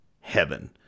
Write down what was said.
heaven